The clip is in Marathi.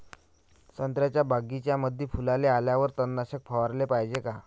संत्र्याच्या बगीच्यामंदी फुलाले आल्यावर तननाशक फवाराले पायजे का?